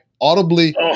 audibly